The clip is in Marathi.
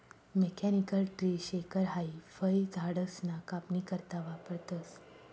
मेकॅनिकल ट्री शेकर हाई फयझाडसना कापनी करता वापरतंस